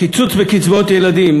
קיצוץ בקצבאות ילדים,